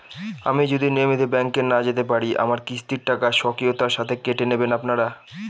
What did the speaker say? আমি যদি নিয়মিত ব্যংকে না যেতে পারি আমার কিস্তির টাকা স্বকীয়তার সাথে কেটে নেবেন আপনারা?